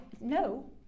No